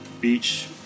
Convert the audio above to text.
beach